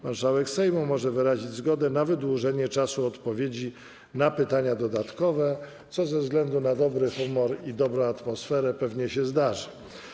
Marszałek Sejmu może wyrazić zgodę na wydłużenie czasu odpowiedzi na pytania dodatkowe, co ze względu na dobry humor i dobrą atmosferę pewnie się zdarzy.